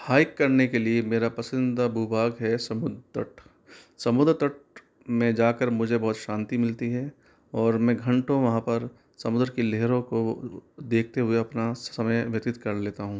hike करने के लिए मेरा पसंदीदा भू भाग है समुद्र तट समुद्र तट में जाकर मुझे बहुत शांति मिलती है और मैं घंटो वहाँ पर समुद्र की लहरों को देखते हुए अपना समय व्यतीत कर लेता हूं